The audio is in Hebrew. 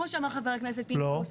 כמו שאמר חבר הכנסת פינדרוס.